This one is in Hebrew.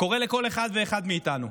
קורא לכל אחד ואחד מאיתנו: